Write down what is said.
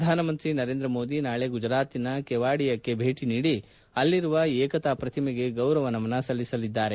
ಪ್ರಧಾನಮಂತ್ರಿ ನರೇಂದ್ರ ಮೋದಿ ನಾಳೆ ಗುಜರಾತಿನ ಕೆವಾಡಿಯಕ್ಕೆ ಭೇಟಿ ನೀಡಿ ಅಲ್ಲಿರುವ ಏಕತಾ ಪ್ರತಿಮಗೆ ಗೌರವ ನಮನ ಸಲ್ಲಿಸಲಿದ್ದಾರೆ